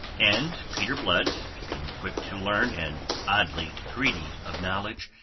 and peter blood, being quick to learn and oddly greedy of knowledge,